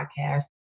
podcast